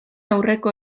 aurreko